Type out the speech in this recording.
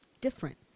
different